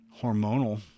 hormonal